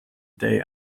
day